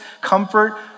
comfort